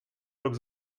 rok